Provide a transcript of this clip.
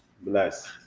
Bless